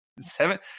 seven